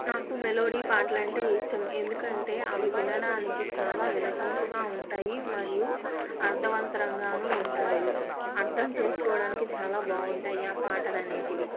నాకు మెలోడీ పాటలంటే ఇష్టం ఎందుకంటే అవి వినడానికి చాలా వినసొంపుగా ఉంటాయి మరియు అర్థవంతంగాను ఉంటాయి అర్థం చేసుకోవడానికి చాలా బాగుంటాయి ఆ పాటలనేటివి